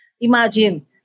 Imagine